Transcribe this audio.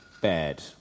bad